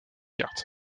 carte